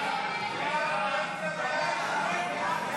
סעיפים 2 4,